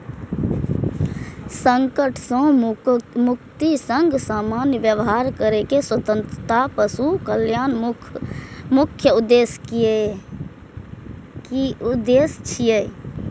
संकट सं मुक्तिक संग सामान्य व्यवहार करै के स्वतंत्रता पशु कल्याणक मुख्य उद्देश्य छियै